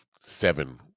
seven